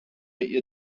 ihr